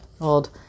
old